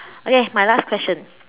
okay my last question